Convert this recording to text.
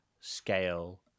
scale